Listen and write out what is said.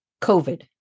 covid